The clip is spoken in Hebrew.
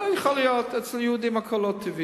יכול להיות, אצל יהודים הכול לא טבעי.